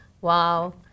Wow